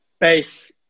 base